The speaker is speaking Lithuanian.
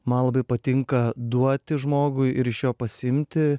man labai patinka duoti žmogui ir iš jo pasiimti